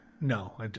No